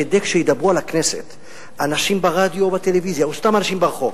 כדי שכשידברו על הכנסת אנשים ברדיו ובטלוויזיה או סתם אנשים ברחוב,